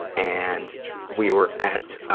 and we were at